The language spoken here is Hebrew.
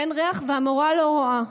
אין ריח והמורה לא רואה.